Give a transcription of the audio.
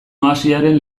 oasiaren